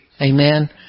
Amen